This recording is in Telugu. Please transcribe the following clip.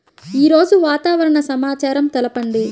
ఈరోజు వాతావరణ సమాచారం తెలుపండి